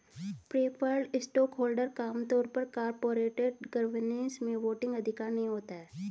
preferred stockholder का आम तौर पर कॉरपोरेट गवर्नेंस में वोटिंग अधिकार नहीं होता है